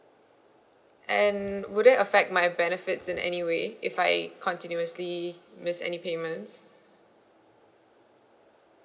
and would that affect my benefits in any way if I continuously miss any payments